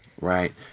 Right